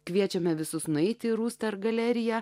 kviečiame visus nueiti į rūster galeriją